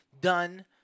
done